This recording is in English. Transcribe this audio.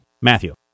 Matthew